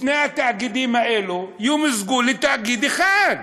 שני התאגידים האלה ימוזגו לתאגיד אחד,